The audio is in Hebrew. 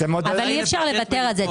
אבל אי אפשר לוותר על זה,